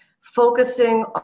focusing